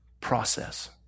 process